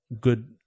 good